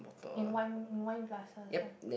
in wine wine glasses ah